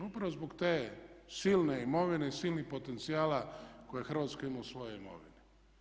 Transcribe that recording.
Upravo zbog te silne imovine i silnih potencijala koje Hrvatska ima u svojoj imovini.